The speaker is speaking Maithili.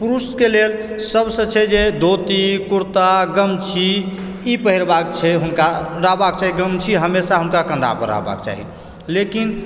पुरुषकऽ लेल सभसे छै जे धोती कुर्ता गमछी ई पहिरबाक छै हुनका रहबाक चाही गमछी हमेशा हुनका कन्हापर रहबाक चाही लेकिन